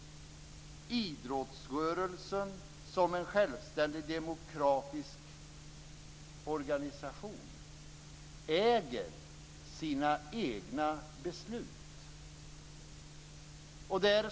Idrottsrörelsen som en självständig demokratisk organisation äger sina egna beslut.